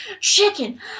chicken